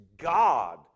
God